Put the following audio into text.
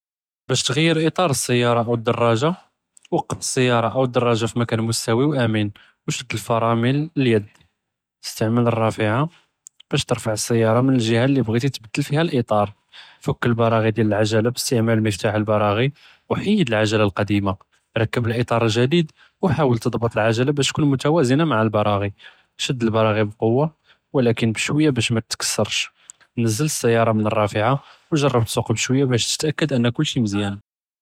באש תע׳יר את׳אר א־סיארה או א־דראג׳ה, וקף א־סיארה או א־דראג׳ה פי מאכן מסטווי ו אאמן ו שד פראמל אליד, אסתעמל א־ראפעה באש תרפע א־סיארה מן אלג׳יה לי בְ׳ע׳יתי תבדל פיהא אלאת׳אר, פכּ אלבראע׳י דיאל אלעג׳לה באסתעמאל מפתח אלבראע׳י ו חאיד אלעג׳לה אלקדימה, רקּב אלאת׳אר אלג׳דיד ו חאול תצְבּט אלעג׳לה באש תכון מתואזנה מע אלבראע׳י, שד אלבראע׳י בקוה ו אבלאכן בשויה באש מתתכּסּרש, נזל א־סיארה מן א־ראפעה ו ג׳רב תסוק בשויה באש תתאכּד אנה כלשי מזיאן.